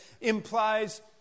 implies